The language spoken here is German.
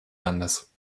landes